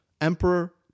Emperor